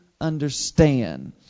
understand